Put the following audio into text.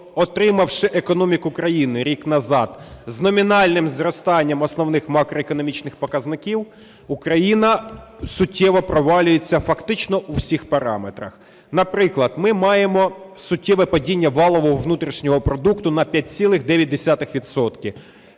отримавши економіку країни рік назад з номінальним зростанням основних макроекономічних показників, Україна суттєво провалюється фактично у всіх параметрах. Наприклад, ми маємо суттєве падіння валового внутрішнього продукту на 5,9